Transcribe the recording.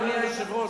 אדוני היושב-ראש,